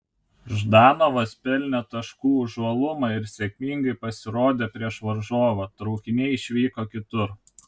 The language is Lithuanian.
ždanovas pelnė taškų už uolumą ir sėkmingai pasirodė prieš varžovą traukiniai išvyko kitur